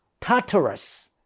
Tartarus